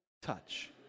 touch